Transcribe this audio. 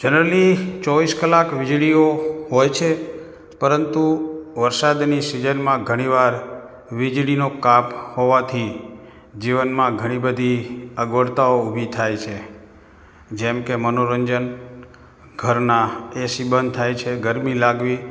generally ચોવીસ કલાક વીજળીઓ હોય છે પરંતુ વરસાદની સીજનમાં ઘણીવાર વીજળીનો કાપ હોવાથી જીવનમાં ઘણી બધી અગવડતાઓ ઊભી થાય છે જેમ કે મનોરંજન ઘરના એસી બંધ થાય છે ગરમી લાગવી